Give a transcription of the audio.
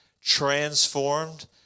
transformed